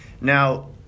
now